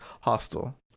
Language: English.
hostile